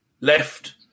left